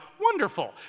wonderful